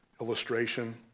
illustration